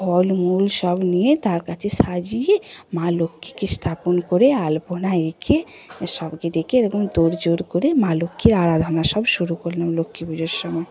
ফল মূল সব নিয়ে তার কাছে সাজিয়ে মা লক্ষ্মীকে স্থাপন করে আলপনা এঁকে সবকে ডেকে এরকম তোড়জোড় করে মা লক্ষ্মীর আরাধনা সব শুরু করলাম লক্ষ্মী পুজোর সময়